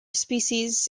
species